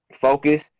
focus